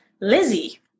Lizzie